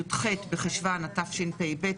י"ח בחשוון התשפ"ב,